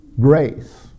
grace